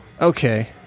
okay